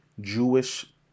Jewish